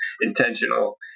intentional